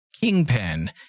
Kingpin